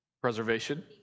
Preservation